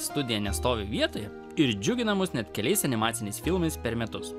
studija nestovi vietoje ir džiugina mus net keliais animaciniais filmais per metus